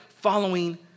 following